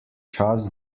čas